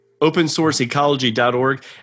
OpenSourceEcology.org